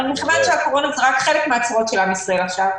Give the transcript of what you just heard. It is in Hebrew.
אבל מכיוון שהקורונה זה רק חלק מהצרות של עם ישראל עכשיו,